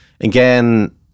again